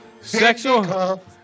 Sexual